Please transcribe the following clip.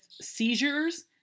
seizures